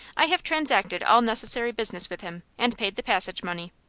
i have transacted all necessary business with him and paid the passage money.